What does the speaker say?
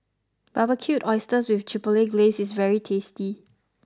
Barbecued Oysters with Chipotle Glaze is very tasty